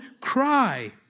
cry